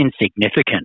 insignificant